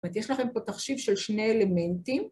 זאת אומרת יש לכם פה תחשיב של שני אלמנטים.